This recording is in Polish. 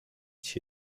się